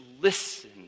listen